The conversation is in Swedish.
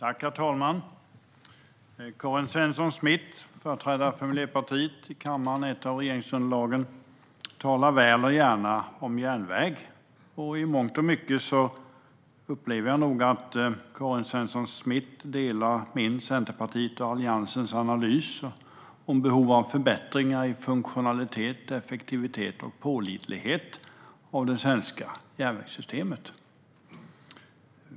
Herr talman! Karin Svensson Smith, företrädare i kammaren för Miljöpartiet, ett av regeringsunderlagen, talar väl och gärna om järnväg. I mångt och mycket upplever jag nog att Karin Svensson Smith delar min, Centerpartiets och Alliansens analys av behovet av förbättringar i funktionalitet, effektivitet och pålitlighet i det svenska järnvägssystemet.